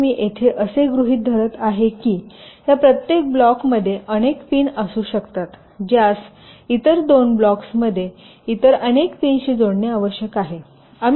तर मी येथे असे गृहीत धरत आहे की या प्रत्येक ब्लॉकमध्ये अनेक पिन असू शकतात ज्यास इतर 2 ब्लॉक्समध्ये इतर अनेक पिनशी जोडणे आवश्यक आहे